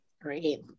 Great